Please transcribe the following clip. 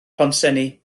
pontsenni